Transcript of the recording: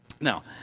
Now